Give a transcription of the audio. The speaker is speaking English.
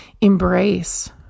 embrace